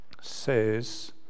says